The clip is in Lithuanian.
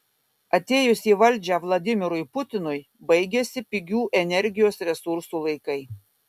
atėjus į valdžią vladimirui putinui baigėsi pigių energijos resursų laikai